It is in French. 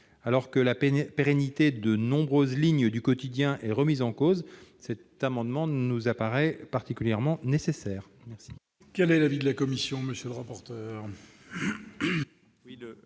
Alors que la pérennité de nombreuses lignes du quotidien est remise en cause, l'adoption de cet amendement nous apparaît particulièrement nécessaire.